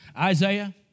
Isaiah